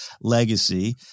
legacy